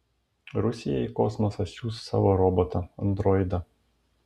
rusija į kosmosą siųs savo robotą androidą